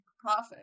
profit